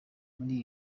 muri